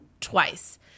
twice